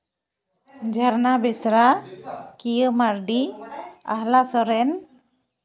ᱡᱷᱟᱨᱱᱟ ᱵᱮᱥᱨᱟ ᱠᱤᱭᱟᱹ ᱢᱟᱹᱨᱰᱤ ᱟᱦᱞᱟ ᱥᱚᱨᱮᱱ